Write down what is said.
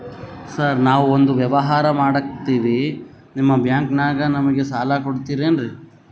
Sir ನಾವು ಒಂದು ವ್ಯವಹಾರ ಮಾಡಕ್ತಿವಿ ನಿಮ್ಮ ಬ್ಯಾಂಕನಾಗ ನಮಿಗೆ ಸಾಲ ಕೊಡ್ತಿರೇನ್ರಿ?